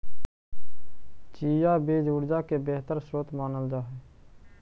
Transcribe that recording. chia बीज ऊर्जा के बेहतर स्रोत मानल जा हई